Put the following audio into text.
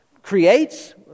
creates